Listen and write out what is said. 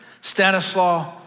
Stanislaw